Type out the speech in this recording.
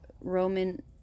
Roman